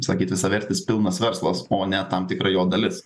sakėt visavertis pilnas verslas o ne tam tikra jo dalis